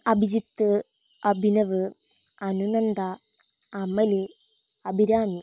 Abhijith Abhinav Anunanda Amal Abhirami